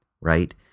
right